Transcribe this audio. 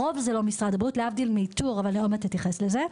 הרוב זה לא משרד הבריאות להבדיל מאיתור אבל אחר כך אתייחס לזה.